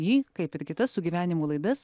jį kaip ir kitas su gyvenimu laidas